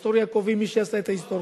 את ההיסטוריה קובעים מי שעשו את ההיסטוריה.